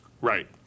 Right